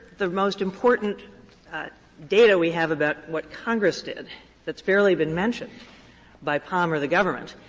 the most important data we have about what congress did that's barely been mentioned by pom or the government,